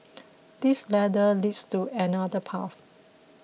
this ladder leads to another path